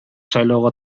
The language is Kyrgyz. шайлоого